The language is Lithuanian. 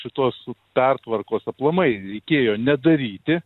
šitos pertvarkos aplamai reikėjo nedaryti